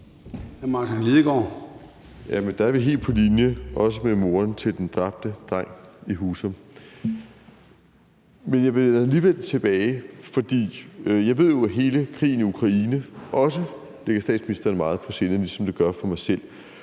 Der er vi helt på linje, også med hensyn til moren til den dræbte dreng i Husum. Men jeg vil alligevel gå tilbage til det grønne, for jeg ved jo, at hele krigen i Ukraine også ligger statsministeren meget på sinde, ligesom det gør for mig selv.